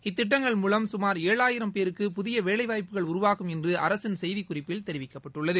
இத்திட்டங்கள் மூலம் சுமார் ஏழாயிரம் பேருக்கு புதிய வேலைவாய்ப்புகள் உருவாகும் என்று அரசு செய்திக்குறிப்பில் தெரிவிக்கப்பட்டுள்ளது